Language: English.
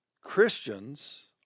Christians